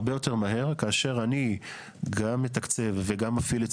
הרבה יותר מהר כאשר אני גם מתקצב וגם מפעיל את